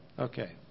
Okay